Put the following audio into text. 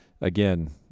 again